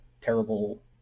terrible